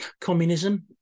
communism